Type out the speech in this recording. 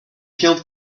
killed